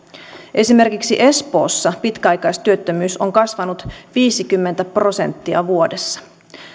esimerkiksi espoossa pitkäaikaistyöttömyys on kasvanut viisikymmentä prosenttia vuodessa